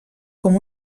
com